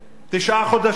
תשעה חודשים.